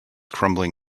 crumbling